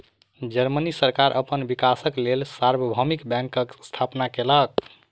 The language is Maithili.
जर्मनी सरकार अपन विकासक लेल सार्वभौमिक बैंकक स्थापना केलक